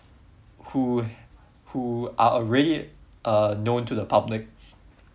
who who are already uh known to the public